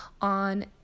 on